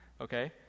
okay